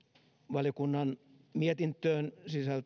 valiokunnan mietintöön